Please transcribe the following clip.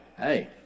hey